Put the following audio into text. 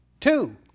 Two